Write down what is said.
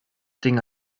ding